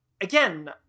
Again